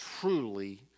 truly